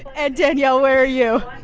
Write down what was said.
and, danielle, where are you?